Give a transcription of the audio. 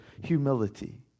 humility